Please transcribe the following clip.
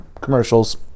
commercials